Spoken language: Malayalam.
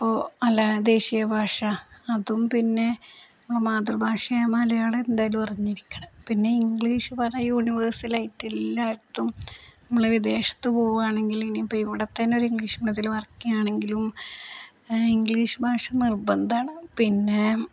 അപ്പോള് അല്ല ദേശീയ ഭാഷ അതും പിന്നെ നമ്മളെ മാതൃഭാഷയായ മലയാളം എന്തായാലും അറിഞ്ഞിരിക്കണം പിന്നെ ഇംഗ്ലീഷ് യൂണിവേഴ്സലായിട്ടെല്ലായിടത്തും നമ്മള് വിദേശത്തു പോവുകയാണെങ്കില് ഇനി ഇപ്പോള് ഇവിടെ തന്നെ ഒരു ഇംഗ്ലീഷ് മീഡിയത്തിൽ വർക്കെയാണെങ്കിലും ഇംഗ്ലീഷ് ഭാഷ നിർബന്ധമാണ് പിന്നെ